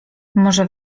może